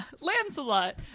lancelot